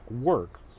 work